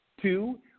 two